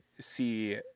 see